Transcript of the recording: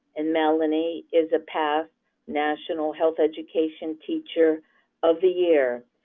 and melanie is a past national health education teacher of the year.